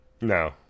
No